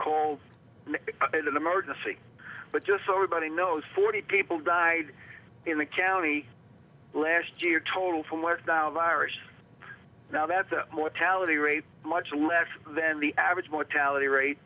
emergency but just so everybody knows forty people died in the county last year total from west nile virus now that's a mortality rate much less than the average mortality rate